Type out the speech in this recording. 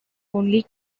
only